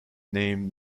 name